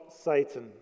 Satan